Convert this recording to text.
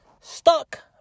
stuck